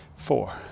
Four